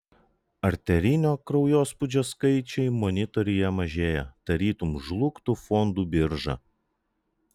arterinio kraujospūdžio skaičiai monitoriuje mažėja tarytum žlugtų fondų birža